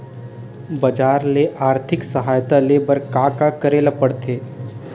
बजार ले आर्थिक सहायता ले बर का का करे ल पड़थे?